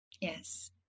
yes